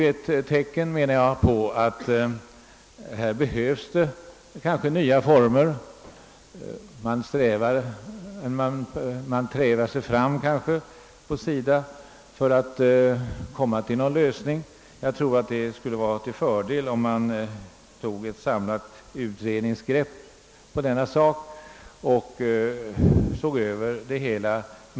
Detta är, menar jag, ett tecken på att det behövs nya former för verksamheten. På SIDA tycks man treva sig fram för att uppnå en lösning. Jag tror emellertid att det skulle vara en fördel om vi fick ett samlat grepp på detta genom en utredning som förutsättningslöst såg över det hela.